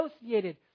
associated